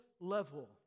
level